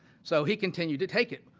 so he continued to take it.